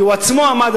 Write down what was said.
כי הוא עצמו עמד,